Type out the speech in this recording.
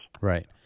Right